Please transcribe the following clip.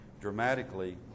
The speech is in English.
dramatically